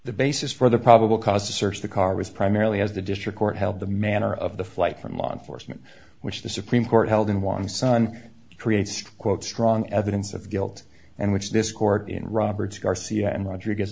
the basis for the probable cause to search the car was primarily as the district court held the manner of the flight from law enforcement which the supreme court held in one sun creates quote strong evidence of guilt and which this court in roberts garcia and rodriguez